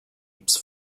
apes